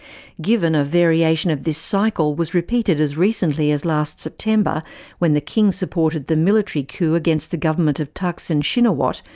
given a variation of this cycle was repeated as recently as last september when the king supported the military coup against the government of thaksin shinawatra,